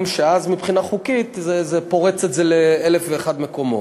שמבחינה חוקית יפרצו את זה לאלף ואחד מקומות.